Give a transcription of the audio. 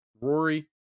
Rory